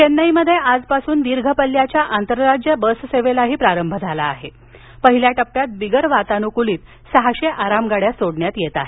चेन्नईमध्ये आजपासून दीर्घ पल्ल्याच्या आंतरराज्य बससेवेलाही प्रारंभ झाला असून पहिल्या टप्प्यात बिगर वातानुकुलीत सहाशे आरामगाड्या सोडण्यात येत आहेत